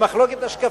במחלוקת השקפתית.